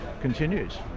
continues